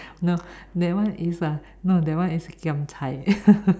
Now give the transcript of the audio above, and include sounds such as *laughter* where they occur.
no that one is uh that one is giam cai *laughs*